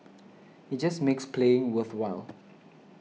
it just makes playing worthwhile